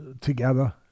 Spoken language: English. together